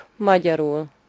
magyarul